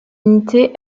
unité